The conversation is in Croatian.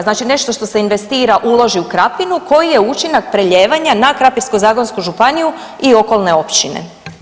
Znači nešto što se investira i uloži u Krapinu, koji je učinak prelijevanja na Krapinsko-zagorsku županiju i okolne općine.